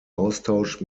austausch